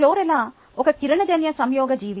chlorella ఒక కిరణజన్య సంయోగ జీవి